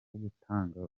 gutanga